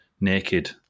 naked